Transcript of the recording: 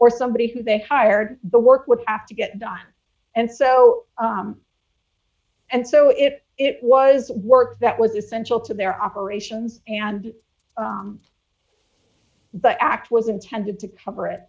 or somebody who they hired the work would have to get done and so and so if it was work that was essential to their operations and but act was intended to cover it